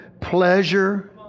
Pleasure